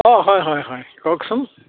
অঁ হয় হয় হয় কওকচোন